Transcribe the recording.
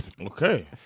Okay